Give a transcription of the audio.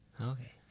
Okay